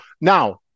Now